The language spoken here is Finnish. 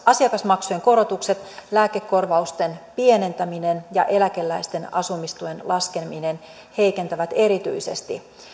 asiakasmaksujen korotukset lääkekorvausten pienentäminen ja eläkeläisten asumistuen laskeminen heikentävät erityisesti